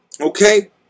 Okay